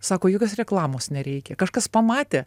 sako jokios reklamos nereikia kažkas pamatė